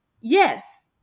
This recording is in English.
Yes